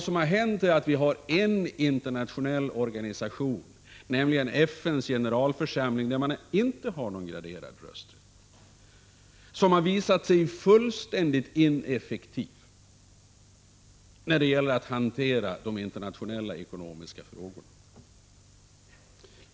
Men det finns en internationell organisation, nämligen FN:s generalförsamling, där man inte har någon graderad rösträtt, och den har visat sig vara fullständigt ineffektiv när det gäller att hantera de internationella ekonomiska frågorna.